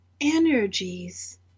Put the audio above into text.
energies